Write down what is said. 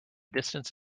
distance